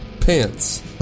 pants